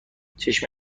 چشم